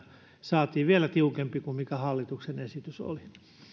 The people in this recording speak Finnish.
saatiin vielä tiukempi kuin mikä hallituksen esitys oli